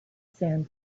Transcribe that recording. sand